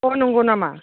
अ नंगौ नामा